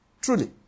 truly